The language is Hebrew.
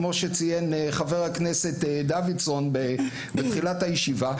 כמו שציין חבר הכנסת דוידסון בתחילת הישיבה,